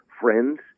friends